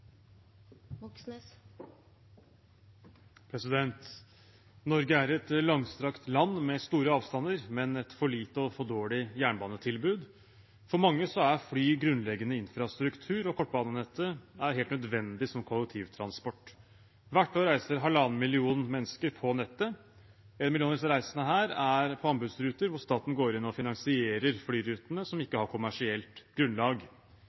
et langstrakt land med store avstander, men med et for lite og for dårlig jernbanetilbud. For mange er fly grunnleggende infrastruktur, og kortbanenettet er helt nødvendig for kollektivtransport. Hvert år reiser 1,5 millioner mennesker på nettet. 1 million av disse reisene er på anbudsruter hvor staten går inn og finansierer flyrutene som ikke har kommersielt grunnlag.